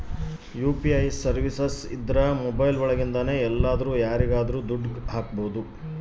UPI services ಇದ್ರ mobile ಒಳಗಿಂದನೆ ಎಲ್ಲಾದ್ರೂ ಯಾರಿಗಾದ್ರೂ ದುಡ್ಡು ಹಕ್ಬೋದು